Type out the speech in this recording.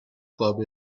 club